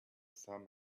some